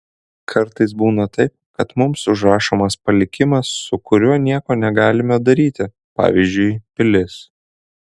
kartais būna taip kad mums užrašomas palikimas su kuriuo nieko negalime daryti pavyzdžiui pilis